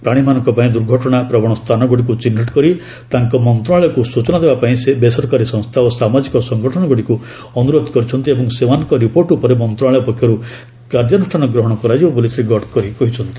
ପ୍ରାଣୀମାନଙ୍କ ପାଇଁ ଦୂର୍ଘଟଣା ପ୍ରବଣ ସ୍ଥାନଗୁଡ଼ିକୁ ଚିହ୍ନଟ କରି ତାଙ୍କ ମନ୍ତ୍ରଣାଳୟକୁ ସୂଚନା ଦେବା ପାଇଁ ସେ ବେସରକାରୀ ସଂସ୍ଥା ଓ ସାମାଜିକ ସଂଗଠନଗୁଡ଼ିକୁ ଅନୁରୋଧ କରିଛନ୍ତି ଏବଂ ସେମାନଙ୍କ ରିପୋର୍ଟ୍ ଉପରେ ମନ୍ତ୍ରଣାଳୟ ପକ୍ଷରୁ କାର୍ଯ୍ୟାନୁଷ୍ଠାନ ଗ୍ରହଣ କରାଯିବ ବୋଲି ଶ୍ରୀ ଗଡ଼କରୀ କହିଛନ୍ତି